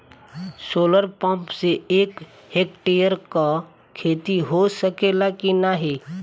Solar pump से एक hectare क खेती हो सकेला की नाहीं?